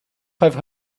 five